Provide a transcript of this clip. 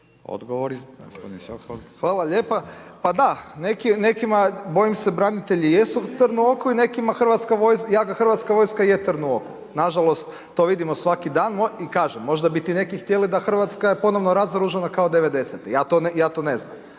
**Sokol, Tomislav (HDZ)** Hvala lijepo. Nekima bojim se branitelji jesu trn u oku, a nekima jaka hrvatska vojska je trn u oku. Nažalost to vidimo svaki dan i kažem, možda bi ti neki htjeli da Hrvatska je ponovno naoružana kao '90. ja to ne znam.